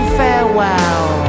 farewell